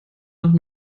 nach